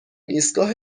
ایستگاه